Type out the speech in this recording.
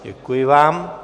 Děkuji vám.